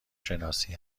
شناسی